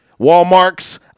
Walmarts